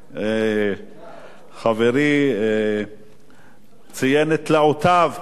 חברי ציין את תלאותיו כסופר,